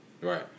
Right